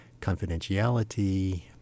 confidentiality